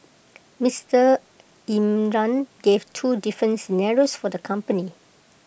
Mister Imran gave two different scenarios for the company